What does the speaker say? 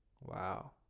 Wow